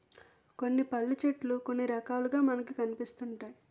కొన్ని పళ్ళు చెట్లు కొన్ని రకాలుగా మనకి కనిపిస్తాయి